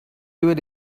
über